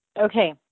Okay